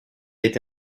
été